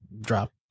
drop